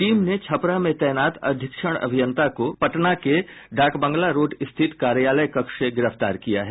team ने छपरा में तैनात अधीक्षण अभियंता को पटना के डाकबांगला रोड स्थित कार्यायल कक्ष से गिरफ्तार किया है